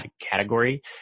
category